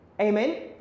Amen